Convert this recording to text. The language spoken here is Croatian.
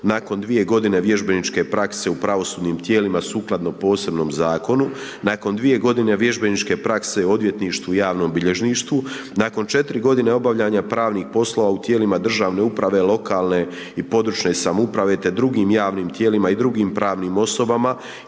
nakon 2 godine vježbeničke prakse u pravosudnim tijelima sukladno posebnom zakonu, nakon 2 godine vježbeničke prakse u odvjetništvu i javnom bilježništvu, nakon 4 godine obavljanja pravnih poslova u tijelima državne uprave, lokalne i područne samouprave te drugim javnim tijelima i drugim pravnim osobama